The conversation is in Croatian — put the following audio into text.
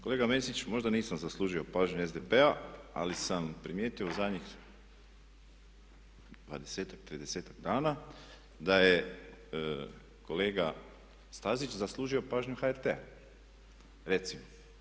Kolega Mesić, možda nisam zaslužio pažnje SDP-a ali sam primijetio u zadnjih 20-tak, 30-tak dana da je kolega Stazić zaslužio pažnju HRT-a recimo.